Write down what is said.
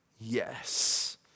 yes